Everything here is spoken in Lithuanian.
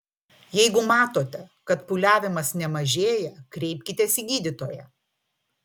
jeigu matote kad pūliavimas nemažėja kreipkitės į gydytoją